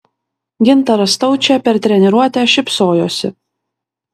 gintaras staučė per treniruotę šypsojosi